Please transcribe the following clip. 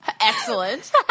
excellent